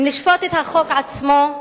אם לשפוט את החוק עצמו,